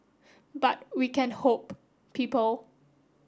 but we can hope people